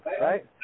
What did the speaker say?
Right